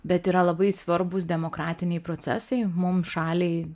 bet yra labai svarbūs demokratiniai procesai mum šaliai